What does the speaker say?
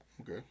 okay